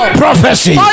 prophecy